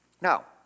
Now